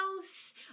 house